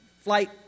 flight